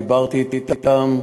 דיברתי אתם,